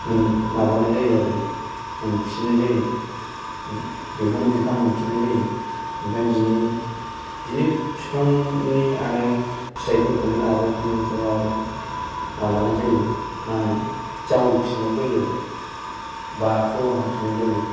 माबानाय जायो आरो मोनफिननाय जायो बेखौनो बिफां मोनफिननाय जायो ओमफ्राय बिनि बिनि बिफांनि आरो फिथाइफोरखौनो आरो बिनिफ्राय आरो मा होनो जावैफिननाय जायो आरो बा खोलोम होफिननाय जायो